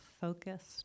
focused